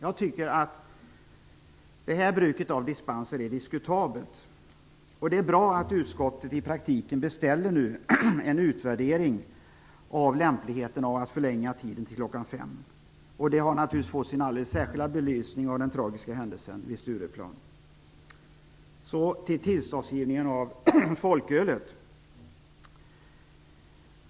Jag tycker att bruket av dispenser är diskutabelt. Det är bra att utskottet i praktiken bestämmer en utvärdering av lämpligheten att förlänga tiden till kl. 5. Det har naturligtvis fått sin alldeles särskilda belysning av den tragiska händelsen vid Stureplan. Till tillståndsgivningen av folkölet.